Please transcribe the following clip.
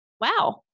wow